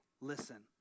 listen